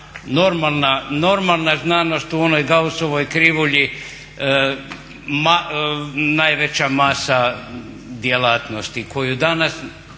normalna znanost u onoj Gausovoj krivulji najveća masa djelatnosti koju danas